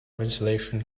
ventilation